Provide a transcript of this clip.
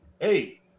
Hey